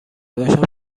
باشم